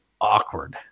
awkward